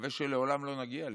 נקווה שלעולם לא נגיע לשם.